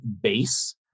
base